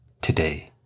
today